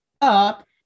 up